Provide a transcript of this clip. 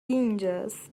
اینجاس